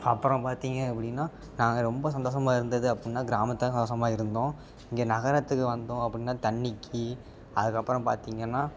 அப்புறம் பார்த்தீங்க அப்படின்னா நாங்கள் ரொம்ப சந்தோஷமா இருந்தது அப்புடின்னா கிராமத்தில் தான் சந்தோஷமா இருந்தோம் இங்கே நகரத்துக்கு வந்தோம் அப்படின்னா தண்ணிக்கு அதுக்கு அப்புறம் பார்த்தீங்கன்னா